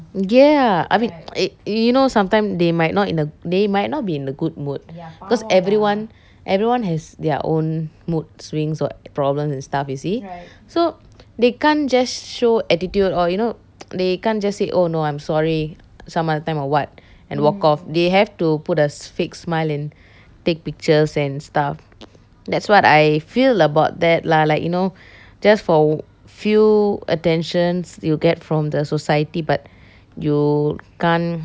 ya I mean uh you know sometime they might not in the they might not be in a good mood because everyone everyone has their own mood swings or problems and stuff you see so they can't just show attitude or you know they can't just say oh no I'm sorry some other time or what and walk off they have to put a fake smile and take pictures and stuff that's what I feel about that lah like you know just for few attentions you'll get from the society but you can't